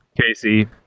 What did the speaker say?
Casey